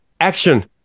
action